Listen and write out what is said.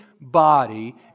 body